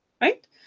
right